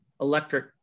electric